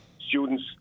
students